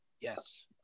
yes